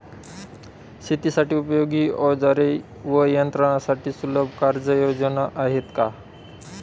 शेतीसाठी उपयोगी औजारे व यंत्रासाठी सुलभ कर्जयोजना आहेत का?